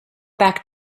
back